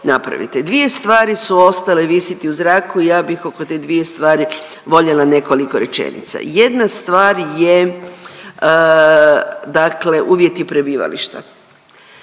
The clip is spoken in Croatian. Dvije stvari su ostale visiti u zraku. Ja bih oko te dvije stvari voljela nekoliko rečenica. Jedna stvar je, dakle uvjeti prebivališta.